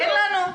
אין לנו.